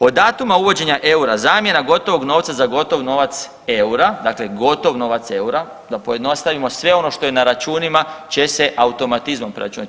Od datuma uvođenja eura zamjena gotovog novca za gotov novac eura, dakle gotovo novac eura da pojednostavimo sve ono što je na računima će se automatizmom preračunati.